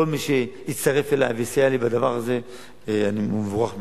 וכל מי שיצטרף אליו ויסייע לי בדבר הזה הוא מבורך מראש.